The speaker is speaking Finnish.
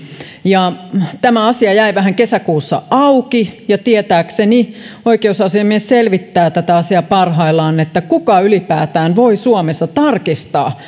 asia jäi kesäkuussa vähän auki ja tietääkseni oikeusasiamies selvittää parhaillaan tätä asiaa että kuka ylipäätään voi suomessa tarkistaa